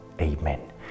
Amen